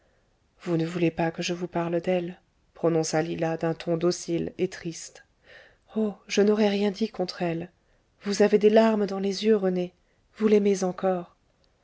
vous ne voulez pas que je vous parle d'elle prononça lila d'un ton docile et triste oh je n'aurais rien dit contre elle vous avez des larmes dans les yeux rené vous l'aimez encore